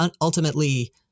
ultimately